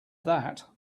that